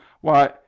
Why